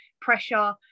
pressure